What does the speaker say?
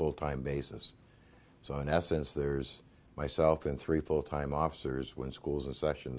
full time basis so in essence there's myself in three full time officers when schools in session